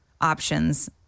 options